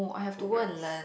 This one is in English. programmes